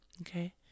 Okay